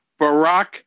Barack